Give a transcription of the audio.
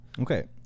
Okay